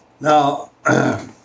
Now